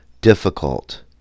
difficult